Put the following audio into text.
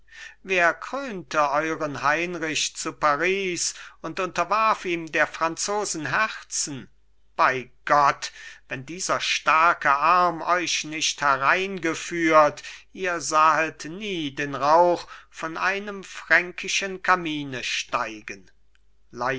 wer krönte euren heinrich zu paris und unterwarf ihm der franzosen herzen bei gott wenn dieser starke arm euch nicht hereingeführt ihr sahet nie den rauch von einem fränkischen kamine steigen